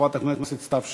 חברת הכנסת סתיו שפיר,